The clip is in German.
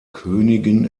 königin